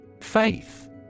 Faith